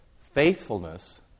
faithfulness